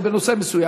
בנושא מסוים.